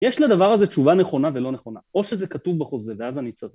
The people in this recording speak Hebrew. יש לדבר הזה תשובה נכונה ולא נכונה, או שזה כתוב בחוזה ואז אני אצטרך.